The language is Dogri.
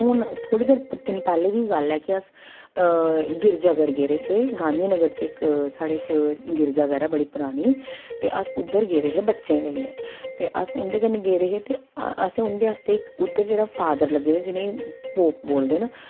हून थोह्ड़े देर दिन पैह्लें दी गल्ल ऐ कि अस गिरजा घर गेदे हे गांधी नगर च इक साढ़े इक गिरजा घर ऐ बड़ी परानी ते अस उद्धर गेदे हे बच्चें ई लेइयै ते अस उंदे कन्नै गेदे हे ते असें उंदे आस्तै इक उद्धर जेह्ड़ा इक फॉदर लग्गे दे जि'नें ई पोप बोलदे न